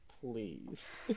please